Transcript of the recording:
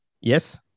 Yes